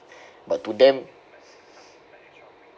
but to them